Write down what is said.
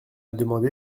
demandé